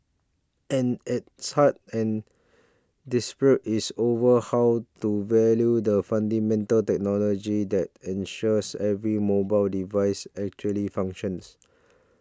and its heart and dispute is over how to value the fundamental technology that ensures every mobile device actually functions